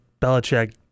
Belichick